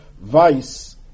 vice